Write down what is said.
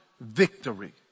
victory